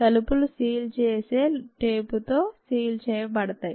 తలుపులు సీల్ చేసే టేపుతో సీల్ వేయబడతాయి